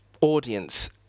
audience